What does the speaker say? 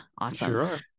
Awesome